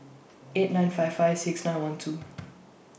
eight nine five five six nine one two